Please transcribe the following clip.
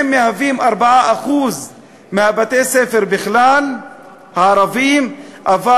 הם מהווים 4% מבתי-הספר הערביים בכלל,